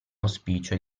auspicio